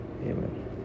Amen